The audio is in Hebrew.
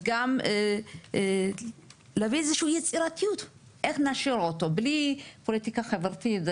וגם להביא איזושהי יצירתיות איך נשאיר אותו בלי פוליטיקה חברתית,